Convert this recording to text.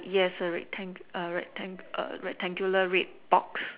yes rectangle rectangle rectangular red box